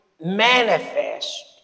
manifest